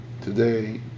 today